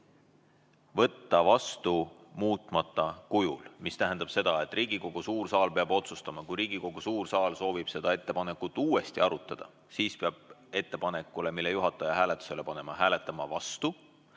"võtta vastu muutmata kujul". See tähendab seda, et Riigikogu suur saal peab otsustama. Kui Riigikogu suur saal soovib seda ettepanekut uuesti arutada, siis peab ettepanekule, mille juhataja hääletusele paneb, hääletama vastu.